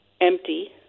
empty